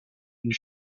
une